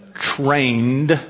trained